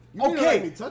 Okay